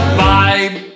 vibe